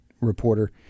reporter